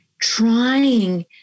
trying